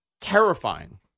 terrifying